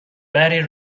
بری